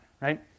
Right